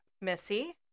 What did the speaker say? Missy